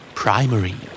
primary